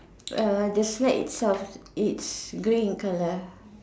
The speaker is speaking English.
err the slide itself it's grey in color